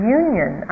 union